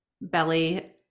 belly